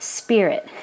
spirit